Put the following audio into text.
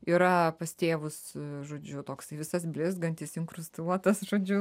yra pas tėvus žodžiu toks visas blizgantis inkrustuotas žodžiu